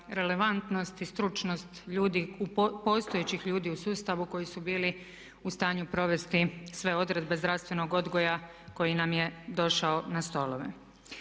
relevantnost i stručnost postojećih ljudi u sustavu koji su bili u stanju provesti sve odredbe zdravstvenog odgoja koji nam je došao na stolove.